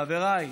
חבריי,